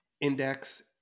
index